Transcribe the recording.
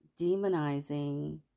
demonizing